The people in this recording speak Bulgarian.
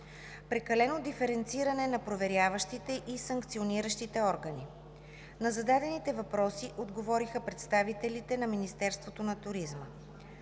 прекалено диференциране на проверяващите и санкциониращите органи. На зададените въпроси отговориха представителите на Министерството на туризма.